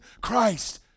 Christ